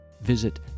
Visit